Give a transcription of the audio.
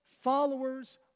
followers